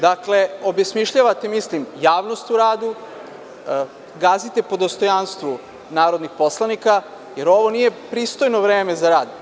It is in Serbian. Dakle, obesmišljavate, mislim, javnost u radu, gazite po dostojanstvu narodnih poslanika, jer ovo nije pristojno vreme za rad.